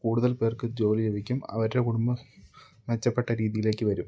കൂടുതൽ പേർക്ക് ജോലി ലഭിക്കും അവരുടെ കുടുംബം മെച്ചപ്പെട്ട രീതിയിലേക്ക് വരും